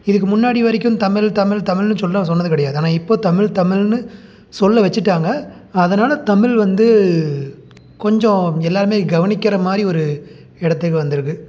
இதுக்கு முன்னாடி வரைக்கும் தமிழ் தமிழ் தமிழ்னு சொன்ன சொன்னது கிடையாது ஆனால் இப்போது தமிழ் தமிழ்னு சொல்ல வச்சுட்டாங்க அதனால் தமிழ் வந்து கொஞ்சம் எல்லோருமே கவனிக்கிற மாதிரி ஒரு இடத்துக்கு வந்துருக்குது